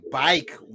bike